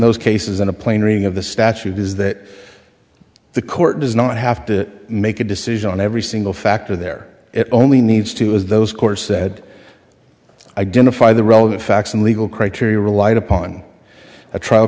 those cases and a plain reading of the statute is that the court does not have to make a decision on every single factor there it only needs to as those core said identify the relevant facts and legal criteria relied upon a trial